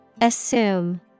Assume